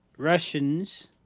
Russians